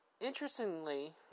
Interestingly